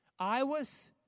Iwas